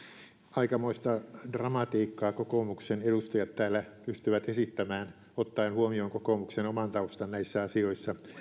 aikamoista dramatiikkaa kokoomuksen edustajat täällä pystyvät esittämään ottaen huomioon kokoomuksen oman taustan näissä asioissa